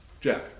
Jack